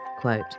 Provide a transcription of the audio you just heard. Quote